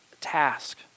task